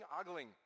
ogling